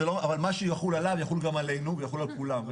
אבל מה שיחול עליו יחול גם עלינו ויחול על כולם.